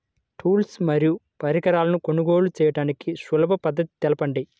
Tools మరియు పరికరాలను కొనుగోలు చేయడానికి సులభ పద్దతి తెలపండి?